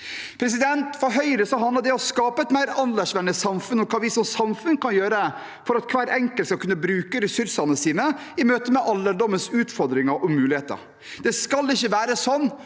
livet. For Høyre handler det å skape et mer aldersvennlig samfunn om hva vi som samfunn kan gjøre for at hver enkelt skal kunne bruke ressursene sine i møte med alderdommens utfordringer og muligheter. Det skal ikke være sånn